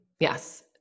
Yes